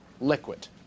liquid